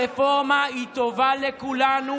הרפורמה טובה לכולנו,